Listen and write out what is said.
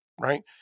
right